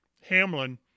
Hamlin